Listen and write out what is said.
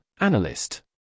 analyst